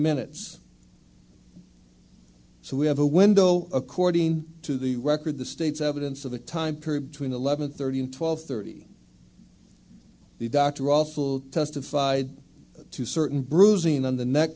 minutes so we have a window according to the record the state's evidence of the time period between eleven thirty and twelve thirty the doctor awful testified to certain bruising on the neck